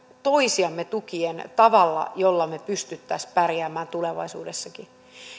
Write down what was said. toisiamme tukien tavalla jolla me pystyisimme pärjäämään tulevaisuudessakin